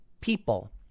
people